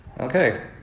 okay